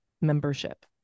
membership